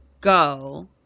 go